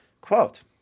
Quote